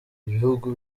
bihugu